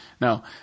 No